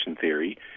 theory